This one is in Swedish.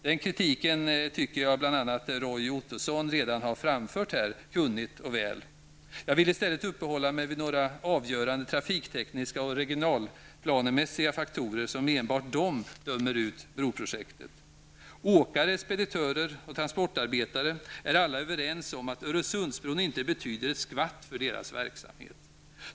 Den kritiken har, tycker jag, bl.a. Roy Ottosson redan framfört kunnigt och väl. Jag vill i stället uppehålla mig vid några avgörande trafiktekniska och regionplanemässiga faktorer, som enbart de dömer ut broprojektet. Åkare, speditörer och transportarbetare är alla överens om att Öresundsbron inte betyder ett skvatt för deras verksamhet.